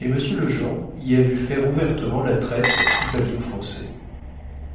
et m g lejean y a vu faire ouvertement la traite sous pavillon français